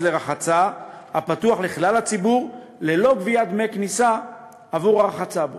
לרחצה הפתוח לכלל הציבור ללא גביית דמי כניסה עבור הרחצה בו.